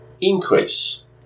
increase